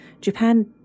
Japan